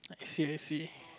seriously